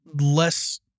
less